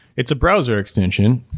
it's a browser extension.